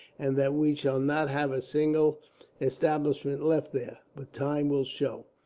and that we shall not have a single establishment left there but time will show.